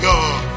God